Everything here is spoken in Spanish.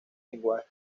lenguaje